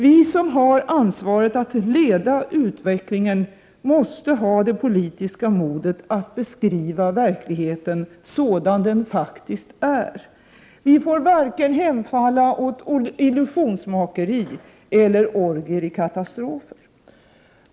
Vi som har ansvaret att leda utvecklingen måste också ha det politiska modet att beskriva verkligheten sådan den faktiskt är. Vi får inte hemfalla åt vare sig illusionsmakeri eller orgier i katastrofer.